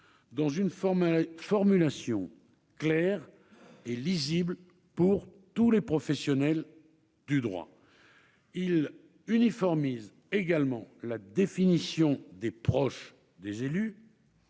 dans une formulation claire et lisible pour tous les professionnels du droit. Il uniformise de surcroît la définition des proches des élus,